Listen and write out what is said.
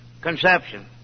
conception